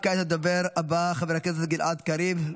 כעת לדובר הבא, חבר הכנסת גלעד קריב.